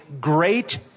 great